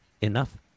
enough